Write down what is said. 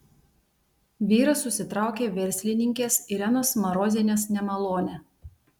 vyras užsitraukė verslininkės irenos marozienės nemalonę